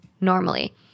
normally